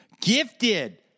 gifted